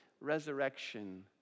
resurrection